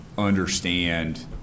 understand